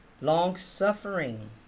long-suffering